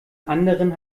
anderen